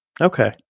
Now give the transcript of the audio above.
okay